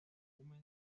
húmedas